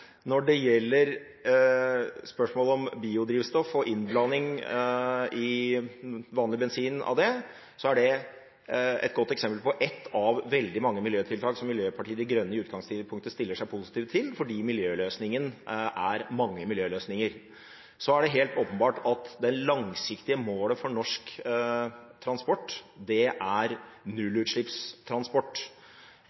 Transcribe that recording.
Når det gjelder spørsmålet om biodrivstoff og innblanding av det i vanlig bensin, er det et godt eksempel på ett av veldig mange miljøtiltak som Miljøpartiet De Grønne i utgangspunktet stiller seg positiv til, fordi miljøløsningen er mange miljøløsninger. Så er det helt åpenbart at det langsiktige målet for norsk transport er